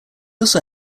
also